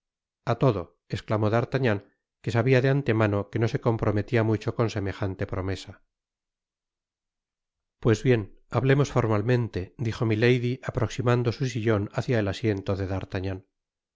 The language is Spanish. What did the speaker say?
a todo esclamó d'artagnan que sabia de antemano que no se comprometia mucho con semejante promesa pues bien hablemos formalmente dijo milady aproximando su sillon hácia el asiento de d'artagnan